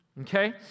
Okay